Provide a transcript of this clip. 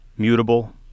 Mutable